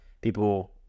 people